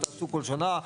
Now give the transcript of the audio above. תעשו כל שנה,